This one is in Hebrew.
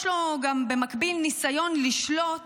יש לו במקביל גם ניסיון לשלוט